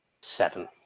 Seven